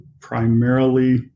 primarily